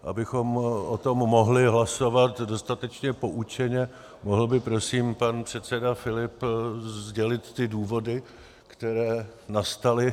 Ale abychom o tom mohli hlasovat dostatečně poučeně, mohl by prosím pan předseda Filip sdělit ty důvody, které nastaly...